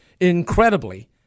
incredibly